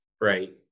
right